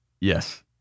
Yes